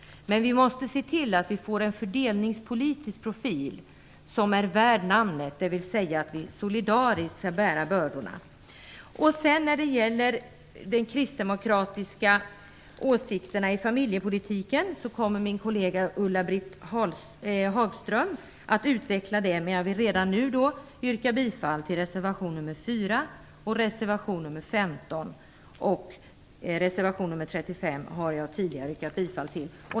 Men vi måste se till att vi får en fördelningspolitisk profil värd namnet, dvs. att vi solidariskt skall bära bördorna. De kristdemokratiska åsikterna i familjepolitiken kommer Ulla-Britt Hagström att utveckla, men jag vill redan nu yrka bifall till reservation nr 4 och reservation nr 15; reservation nr 35 har jag tidigare yrkat bifall till.